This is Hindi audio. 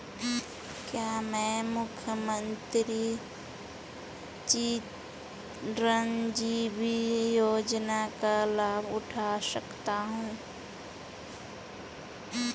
क्या मैं मुख्यमंत्री चिरंजीवी योजना का लाभ उठा सकता हूं?